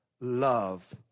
love